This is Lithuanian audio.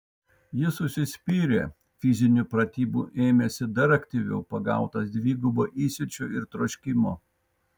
jis užsispyrė fizinių pratybų ėmėsi dar aktyviau pagautas dvigubo įsiūčio ir troškimo